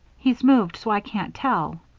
he's moved so i can't tell.